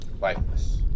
lifeless